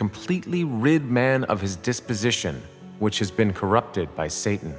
completely written man of his disposition which has been corrupted by satan